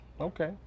okay